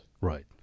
Right